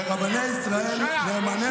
ולרבני ישראל, בושה, בושה.